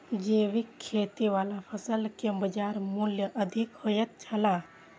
जैविक खेती वाला फसल के बाजार मूल्य अधिक होयत छला